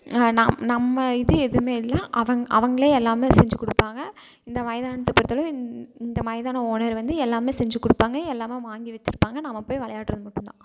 நாம் நம்ம இது எதுவுமே இல்லை அவங்க அவங்களே எல்லாம் செஞ்சுக் கொடுப்பாங்க இந்த மைதானத்தை பொறுத்தளவு இந்த இந்த மைதானம் ஓனர் வந்து எல்லாம் செஞ்சுக் கொடுப்பாங்க எல்லாம் வாங்கி வெச்சுருப்பாங்க நாம் போய் விளையாட்றது மட்டும் தான்